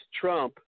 Trump